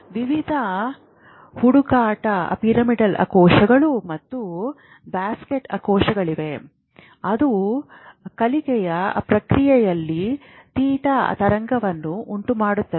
ವಿವಿಧ ಹುಡುಕಾಟ ಪಿರಮಿಡಲ್ ಕೋಶಗಳು ಮತ್ತು ಬಾಸ್ಕೆಟ್ ಕೋಶಗಳಿವೆ ಅದು ಕಲಿಕೆಯ ಪ್ರಕ್ರಿಯೆಯಲ್ಲಿ ಥೀಟಾ ತರಂಗವನ್ನು ಉಂಟುಮಾಡುತ್ತದೆ